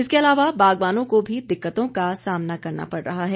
इसके अलावा बागवानों को भी दिक्कतों का सामना करना पड़ रहा है